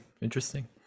interesting